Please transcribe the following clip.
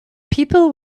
people